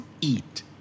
eat